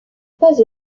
pas